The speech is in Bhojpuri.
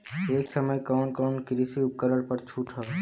ए समय कवन कवन कृषि उपकरण पर छूट ह?